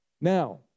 Now